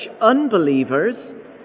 unbelievers